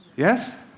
yes?